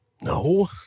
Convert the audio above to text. No